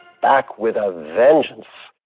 back with a vengeance.